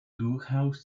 durchaus